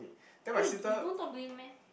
then you you don't talk to him meh